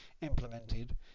implemented